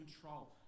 control